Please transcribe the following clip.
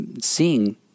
seeing